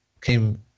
Came